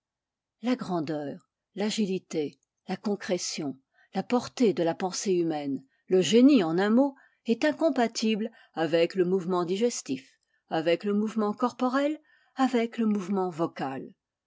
la grandeur l'agilité la concrétion la portée de la pensée humaine le génie en un mot est incompatible avec le mouvement digestif avec le mouvement corporel avec le mouvement vocal